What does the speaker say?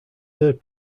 third